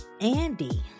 Andy